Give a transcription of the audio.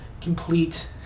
complete